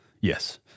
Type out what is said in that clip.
Yes